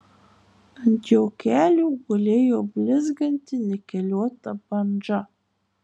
ant jo kelių gulėjo blizganti nikeliuota bandža